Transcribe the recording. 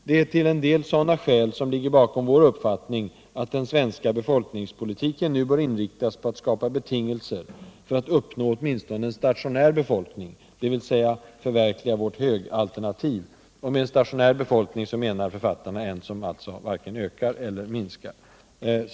Det är till en del sådana skäl som ligger bakom vår uppfattning att den svenska befolkningspolitiken nu bör inriktas på att skapa betingelser för att uppnå åtminstone en stationär befolkning, dvs. förverkliga vårt högalternativ.” Med en stationär befolkning menar författarna en som varken ökar eller minskar.